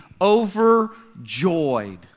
overjoyed